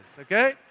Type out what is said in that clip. okay